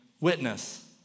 witness